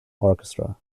orchestra